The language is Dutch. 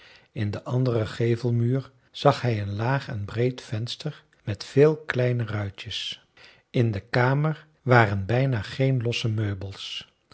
in den anderen gevelmuur zag hij een laag en breed venster met veel kleine ruitjes in de kamer waren bijna geen losse meubels